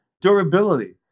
Durability